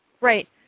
Right